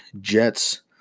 Jets